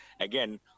again